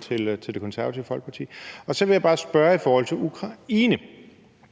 til Det Konservative Folkeparti? Så vil jeg bare spørge i forhold til krigen